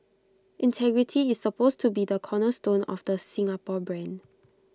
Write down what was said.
integrity is supposed to be the cornerstone of the Singapore brand